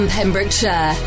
Pembrokeshire